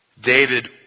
David